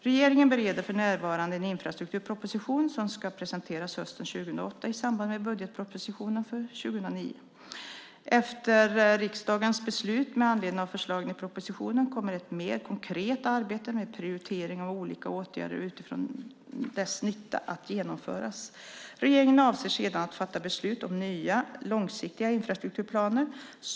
Regeringen bereder för närvarande en infrastrukturproposition som ska presenteras hösten 2008 i samband med budgetpropositionen för 2009. Efter riksdagens beslut med anledning av förslagen i propositionen kommer ett mer konkret arbete med prioritering av olika åtgärder utifrån dess nytta att genomföras. Regeringen avser sedan att fatta beslut om nya långsiktiga infrastrukturplaner.